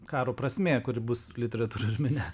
karo prasmė kuri bus literatūroj ir mene